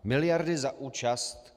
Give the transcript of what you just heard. Miliardy za účast.